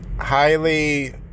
highly